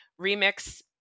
Remix